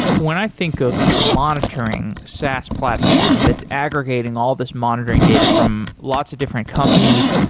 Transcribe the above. when i think of ah monitoring sass platform that's aggregating all this monitoring data from lots of different companies,